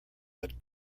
that